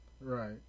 Right